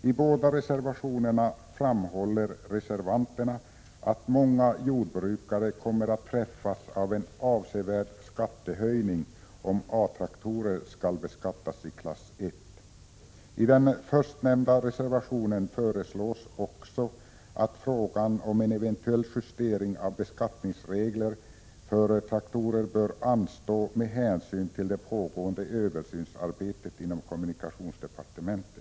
I båda reservationerna framhåller reservanterna att många jordbrukare kommer att drabbas av en avsevärd skattehöjning om A-traktorer skall beskattas enligt klass I. I den förstnämnda reservationen föreslås också att frågan om en eventuell justering av beskattningsreglerna för traktorer bör anstå med hänsyn till det — Prot. 1986/87:46 pågående översynsarbetet inom kommunikationsdepartementet.